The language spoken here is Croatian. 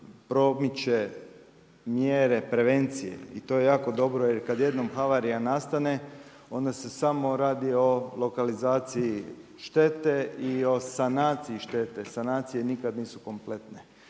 promiče mjere prevencije i to je jako dobro jer kada jednom havarija nastane onda se samo radi o lokalizaciji štete i o sanaciji štete. Sanacije nikada nisu kompletne,